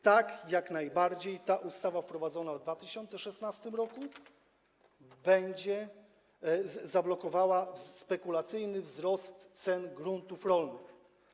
Tak, jak najbardziej ta ustawa wprowadzona w 2016 r. zablokowała spekulacyjny wzrost cen gruntów rolnych.